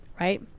right